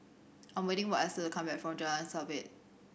I'm waiting for Esther to come back from Jalan Sabit